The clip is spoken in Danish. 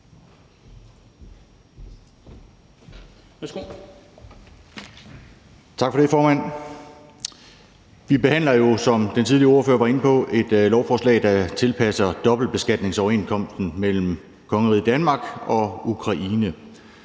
Tak for det, formand. Vi behandler jo, som den tidligere ordfører var inde på, et lovforslag, der tilpasser dobbeltbeskatningsoverenskomsten mellem kongeriget Danmark og Ukraine.